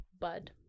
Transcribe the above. Bud